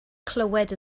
clywed